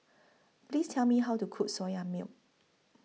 Please Tell Me How to Cook Soya Milk